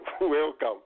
Welcome